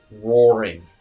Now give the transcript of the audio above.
roaring